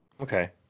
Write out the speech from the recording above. Okay